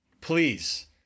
Please